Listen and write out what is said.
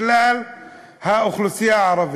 והם בתי-ספר לכלל האוכלוסייה הערבית,